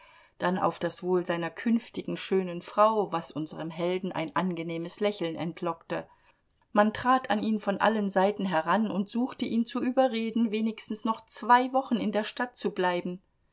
dann auf das wohl seiner künftigen schönen frau was unserem helden ein angenehmes lächeln entlockte man trat an ihn von allen seiten heran und suchte ihn zu überreden wenigstens noch zwei wochen in der stadt zu bleiben